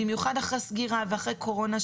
במיוחד אחרי סגירה ואחרי קורונה,